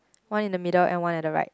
one in the middle and one at the right